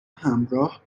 همراه